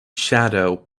shadow